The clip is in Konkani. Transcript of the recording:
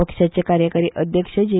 पक्षाचे कार्यकारी अध्यक्ष जे